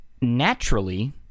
naturally